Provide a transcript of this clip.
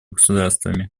государствами